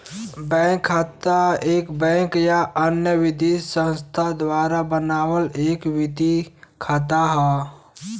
bank खाता एक bank या अन्य वित्तीय संस्थान द्वारा बनावल एक वित्तीय खाता हौ